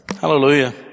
Hallelujah